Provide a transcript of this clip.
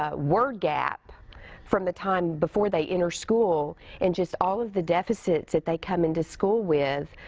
ah word gap from the time before they enter school and just all of the deficits that they come into school with.